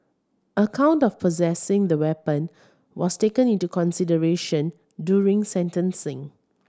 a count of possessing the weapon was taken into consideration during sentencing